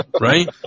Right